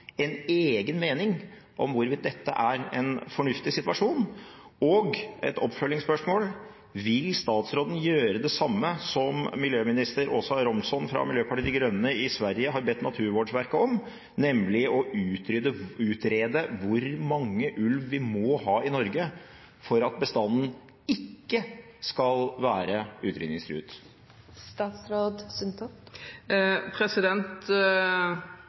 en egen mening om hvorvidt dette er en fornuftig situasjon? Et oppfølgingsspørsmål: Vil statsråden gjøre det samme som miljøminister Åsa Romson fra Miljøpartiet De Grønne i Sverige har bedt Naturvårdsverket om, nemlig å utrede hvor mange ulv vi må ha i Norge for at bestanden ikke skal være